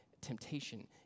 temptation